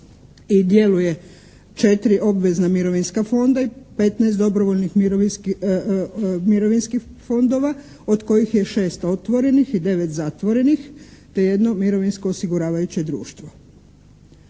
i djeluje 4 obvezna mirovinska fonda i 15 dobrovoljnih mirovinskih fondova od kojih je 6 otvorenih i 9 zatvorenih te jedno mirovinsko osiguravajuće društvo.